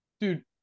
Dude